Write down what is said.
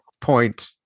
point